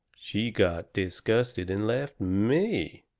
she got disgusted and left me.